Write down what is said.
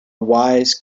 wise